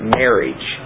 marriage